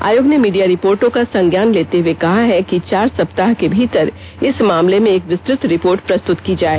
आयोग ने मीडिया रिपोर्टो का संज्ञान लेते हुए कहा है कि चार सप्ताह के भीतर इस मामले में एक विस्तृत रिपोर्ट प्रस्तुत की जाए